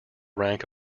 rank